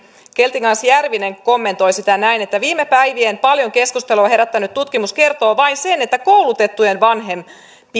keltikangas järvinen kommentoi näin viime päivinä paljon keskustelua herättänyt tutkimus kertoo vain sen että koulutettujen vanhempien